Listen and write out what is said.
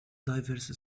diverse